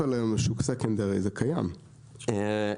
לא מוגדר בחוק שוק משני.